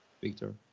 Victor